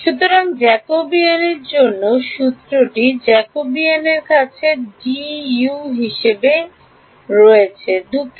সুতরাং জ্যাকবীয়ানদের জন্য সূত্রটি জ্যাকবীয়ানদের কাছে du হিসাবে শর্ত রয়েছে দুঃখিত